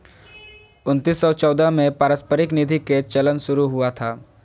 उन्नीस सौ चौदह में पारस्परिक निधि के चलन शुरू हुआ था